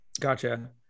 Gotcha